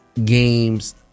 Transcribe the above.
Games